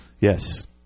Yes